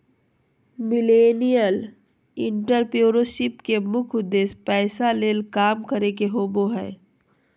millennial entrepreneurship के मुख्य उद्देश्य पैसा ले काम करे के होबो हय